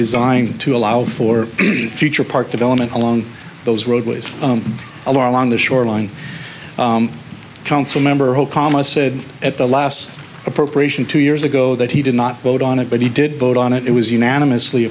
designed to allow for future park development along those roadways along the shoreline council member okama said at the last appropriation two years ago that he did not vote on it but he did vote on it it was unanimous